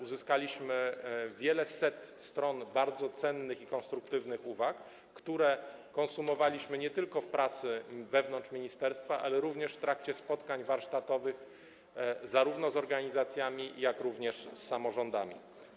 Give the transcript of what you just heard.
Uzyskaliśmy wieleset stron bardzo cennych i konstruktywnych uwag, które konsumowaliśmy nie tylko w pracy wewnątrz ministerstwa, ale również w trakcie spotkań warsztatowych zarówno z organizacjami, jak i również z samorządami.